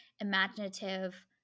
imaginative